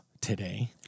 today